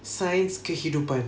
science kehidupan